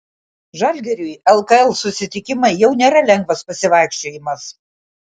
žalgiriui lkl susitikimai jau nėra lengvas pasivaikščiojimas